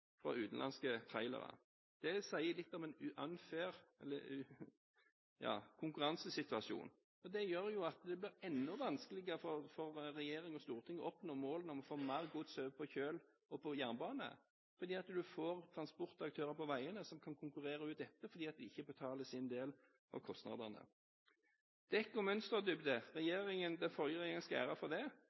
sier litt om en unfair konkurransesituasjon, og det gjør jo at det blir enda vanskeligere for regjeringen og Stortinget å oppnå målet med å få mer gods over på kjøl og jernbane, fordi man får transportaktører på veiene som kan konkurrere ut dette, fordi de ikke betaler sin del av kostnadene. Når det gjelder dekk og mønsterdybde, skal den forrige regjeringen ha æren for det.